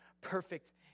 perfect